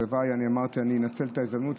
אמרתי שאני אנצל את ההזדמנות.